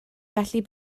felly